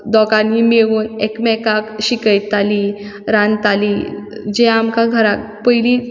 दोगांनी मेवून एकमेकाक शिकयतालीं रांदतालीं जें आमकां घरांत पयलीं